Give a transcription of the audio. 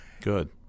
Good